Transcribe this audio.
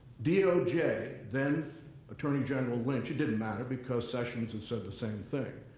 doj, then attorney general lynch, it didn't matter. because sessions had said the same thing,